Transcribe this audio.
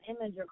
image